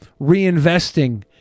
reinvesting